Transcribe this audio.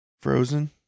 Frozen